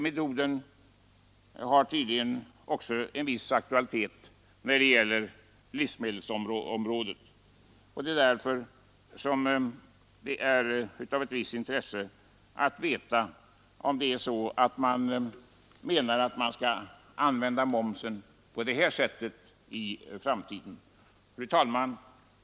Metoden har tydligen också en viss aktualitet när det gäller livsmedelsområdet, och det är därför av ett visst intresse att veta om man menar att momsen skall användas på det här sättet i framtiden. Fru talman!